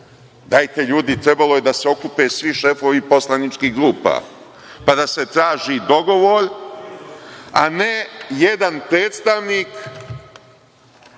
to. Dajte ljudi, trebalo je da se okupe svi šefovi poslaničkih grupa, pa da se traži dogovor, a ne jedan predstavnik